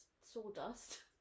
sawdust